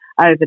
over